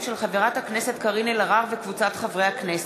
חברי הכנסת,